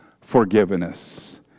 forgiveness